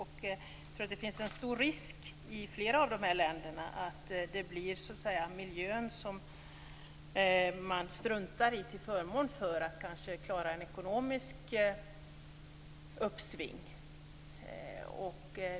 Jag tror att det finns en stor risk i flera av dessa länder att det blir miljön som man struntar i till förmån för att klara ett ekonomiskt uppsving.